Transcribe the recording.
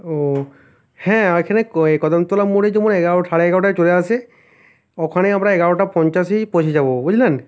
ও হ্যাঁ এখানে কদমতলা মোড়ে যেমন এগারো সাড়ে এগারোটায় চলে আসে ওখানে আমরা এগারোটা পঞ্চাশেই পৌঁছে যাব বুঝলেন